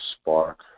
Spark